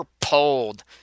pulled